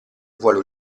vuole